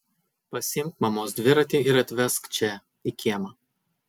pasiimk mamos dviratį ir atvesk čia į kiemą